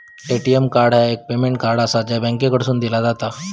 ATM card एक payment card आसा, जा बँकेकडसून दिला जाता